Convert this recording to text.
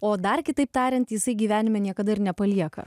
o dar kitaip tariant jisai gyvenime niekada nepalieka